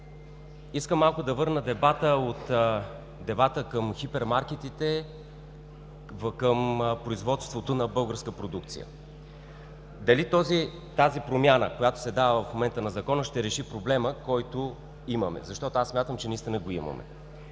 Искам да върна малко дебата от хипермаркетите към производството на българска продукция. Дали тази промяна, която се дава в момента на Закона, ще реши проблема, който имаме, защото смятам, че наистина го имаме.